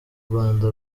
rwanda